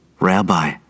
rabbi